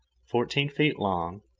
fourteen feet long,